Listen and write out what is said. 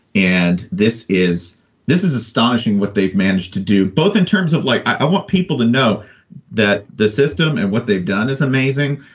and this is this is astonishing what they've managed to do, both in terms of like i want people to know that this system and what they've done is amazing.